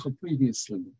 previously